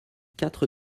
quatre